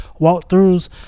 walkthroughs